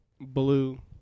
blue